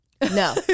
no